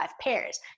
pairs